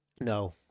No